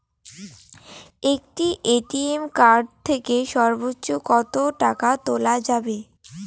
একটি ATM card থেকে সর্বোচ্চ কত টাকা তোলা যাবে?